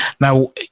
Now